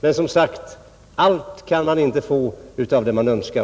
Men som sagt: Allt kan man inte få av det man önskar.